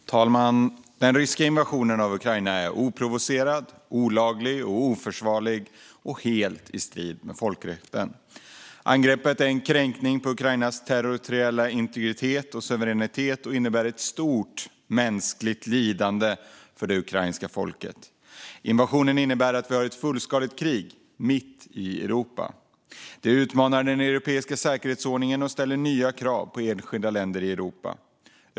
Fru talman! Den ryska invasionen av Ukraina är oprovocerad, olaglig och oförsvarlig och står helt i strid med folkrätten. Angreppet är en kränkning av Ukrainas territoriella integritet och suveränitet och innebär ett stort mänskligt lidande för det ukrainska folket. Invasionen innebär att vi har ett fullskaligt krig mitt i Europa. Det utmanar den europeiska säkerhetsordningen och ställer nya krav på enskilda länder i Europa.